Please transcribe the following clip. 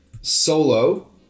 Solo